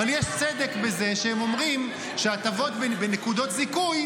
צדק בזה שהם אומרים שהטבות בנקודות זיכוי,